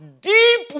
deep